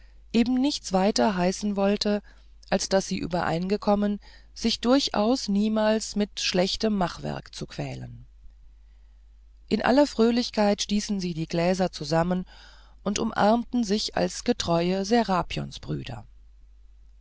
eben nichts weiter heißen wollte als daß sie übereingekommen sich durchaus niemals mit schlechtem machwerk zu quälen in voller fröhlichkeit stießen sie die gläser zusammen und umarmten sich als getreue